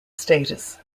status